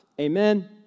amen